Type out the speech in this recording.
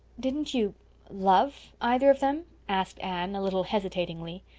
didn't you love either of them? asked anne, a little hesitatingly.